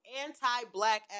anti-black